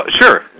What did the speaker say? sure